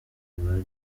bari